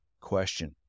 question